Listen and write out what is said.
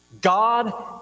God